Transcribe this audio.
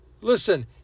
listen